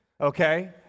Okay